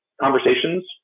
conversations